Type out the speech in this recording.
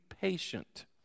patient